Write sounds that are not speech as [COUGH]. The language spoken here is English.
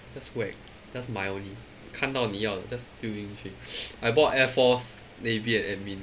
just whack just 买 only 看到你要的 just 丢进去 [NOISE] I bought air force navy and admin